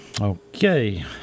Okay